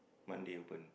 Monday open